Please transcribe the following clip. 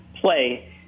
play